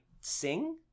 sing